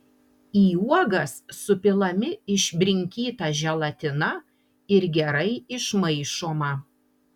į uogas supilami išbrinkyta želatina ir gerai išmaišoma